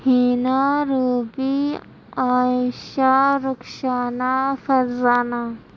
Hina Rubi Ayesha Rukhsana Farzana